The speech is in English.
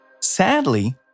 Sadly